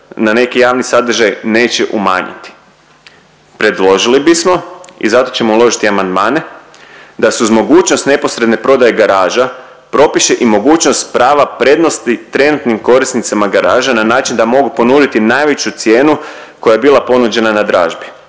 na neki javni sadržaj neće umanjiti. Predložili bismo i zato ćemo uložiti amandmane, da se uz mogućnost neposredne prodaje garaža propiše i mogućnost prava prednosti trenutnim korisnicima garaža na način da mogu ponuditi najveću cijenu koja je bila ponuđena na dražbi.